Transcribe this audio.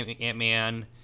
Ant-Man